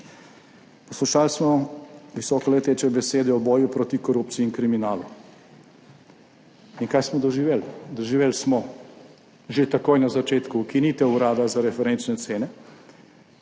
Poslušali smo visokoleteče besede o boju proti korupciji in kriminal. In kaj smo doživeli? Doživeli smo že takoj na začetku ukinitev Urada za referenčne cene.